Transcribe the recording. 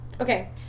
Okay